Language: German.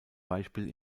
beispiel